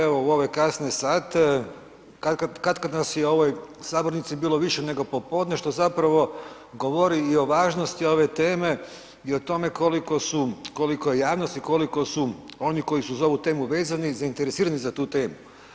Evo u ove kasne sate, katkad nas je i u ovoj sabornici bilo više nego popodne, što zapravo govori i o važnosti ove teme i o tome koliko su, koliko je javnost i koliko su, oni koji su za ovu temu vezani zainteresirani za tu temu.